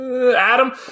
Adam